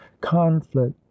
conflict